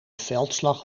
veldslag